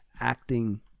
acting